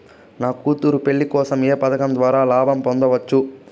నా కూతురు పెళ్లి కోసం ఏ పథకం ద్వారా లాభం పొందవచ్చు?